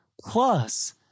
plus